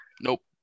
Nope